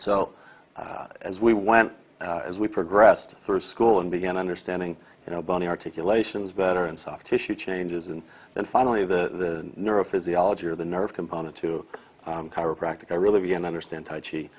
so as we went as we progressed through school and began understanding you know bony articulations better and soft tissue changes and then finally the neurophysiology or the nerve component to chiropractic i really didn't understand touchy